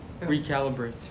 recalibrate